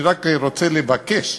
אני רק רוצה לבקש,